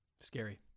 Scary